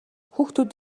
хүүхдүүд